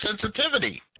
Sensitivity